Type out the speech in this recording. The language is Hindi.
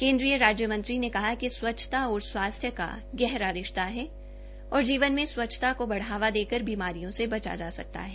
केन्द्रीय राज्य मंत्री ने कहा कि स्वच्छता और स्वास्थ्य का गहरा रिश्ता है और जीवन में स्वच्छता को बढ़ावा देकर बीमारियों से बचा जा सकता है